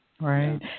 Right